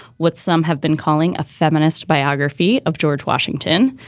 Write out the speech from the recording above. what some have been calling a feminist biography of george washington,